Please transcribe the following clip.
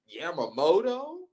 Yamamoto